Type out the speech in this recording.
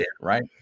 right